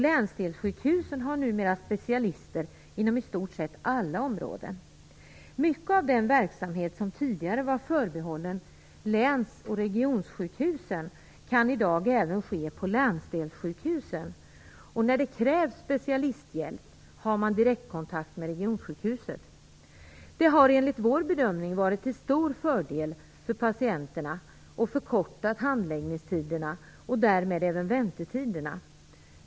Länsdelssjukhusen har numera specialister inom i stort sett alla områden. Mycket av den verksamhet som tidigare var förbehållen läns och regionsjukhusen kan i dag även ske på länsdelssjukhusen. När det krävs specialisthjälp har man direktkontakt med regionsjukhuset. Detta har enligt vår bedömning varit till stor fördel för patienterna. Det har förkortat handläggningstiderna och därmed även väntetiderna.